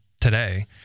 today